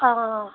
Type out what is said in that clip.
অঁ অঁ অঁ